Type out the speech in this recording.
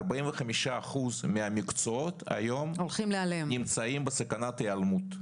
לפיו 45% מן המקצועות היום נמצאים בסכנת היעלמות.